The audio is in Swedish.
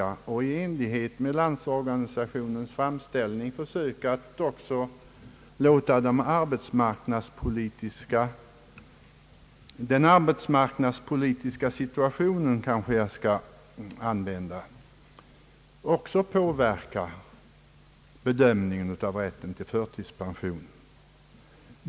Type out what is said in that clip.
Man borde också i enlighet med Landsorganisationens framställning försöka att låta även den arbetsmarknadspolitiska situationen påverka bedömningen av rätten till förtidspension.